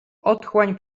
otchłań